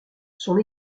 son